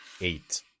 Eight